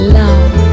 love